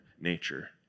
nature